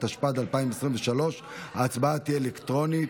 התשפ"ד 2023. ההצבעה תהיה אלקטרונית.